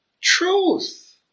truth